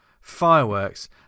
Fireworks